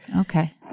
Okay